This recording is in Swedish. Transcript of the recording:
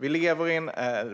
Vi lever i en